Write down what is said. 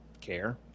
care